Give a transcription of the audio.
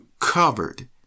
covered